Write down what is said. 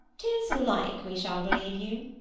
tis like we shall believe you.